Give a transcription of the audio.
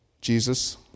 Jesus